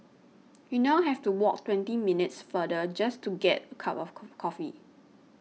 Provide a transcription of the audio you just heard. we now have to walk twenty minutes farther just to get a cup of coffee